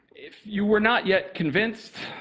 if you were not yet convinced,